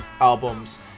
albums